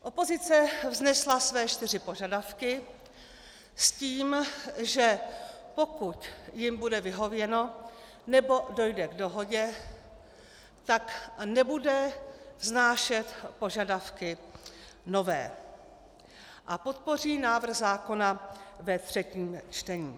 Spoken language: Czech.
Opozice vznesla své čtyři požadavky s tím, že pokud jim bude vyhověno, nebo dojde k dohodě, tak nebude vznášet požadavky nové a podpoří návrh zákona ve třetím čtení.